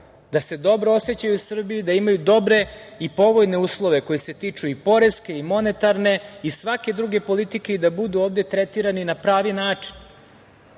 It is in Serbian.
da se dobro osećaju u Srbiji, da imaju dobre i povoljne uslove koji se tiču i poreske i monetarne i svake druge politike i da budu ovde tretirani na pravi način.